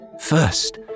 first